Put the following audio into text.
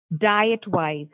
diet-wise